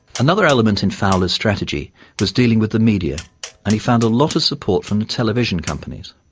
another element in fowler's strategy was dealing with the media and he found a lot of support from the television companies.